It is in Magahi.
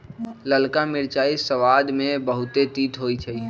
ललका मिरचाइ सबाद में बहुते तित होइ छइ